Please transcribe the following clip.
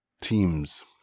teams